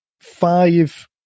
five